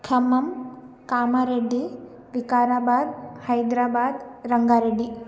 Khammam Kamareddy Vikarabad Hyderabad Ranga Reddy